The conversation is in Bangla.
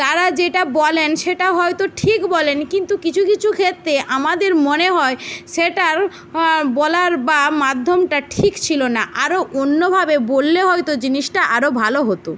তারা যেটা বলেন সেটা হয়তো ঠিক বলেন কিন্তু কিছু কিছু ক্ষেত্রে আমাদের মনে হয় সেটার বলার বা মাধ্যমটা ঠিক ছিল না আরও অন্যভাবে বললে হয়তো জিনিসটা আরও ভালো হতো